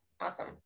Awesome